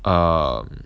um